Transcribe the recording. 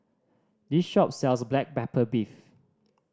this shop sells black pepper beef